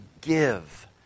give